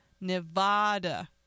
Nevada